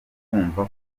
kumva